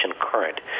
current